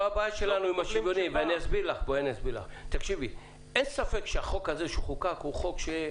אין ספק שהחוק הזה שחוקק הוא חוק,